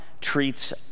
treats